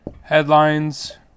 headlines